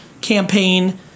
campaign